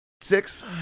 Six